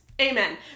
Amen